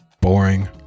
Boring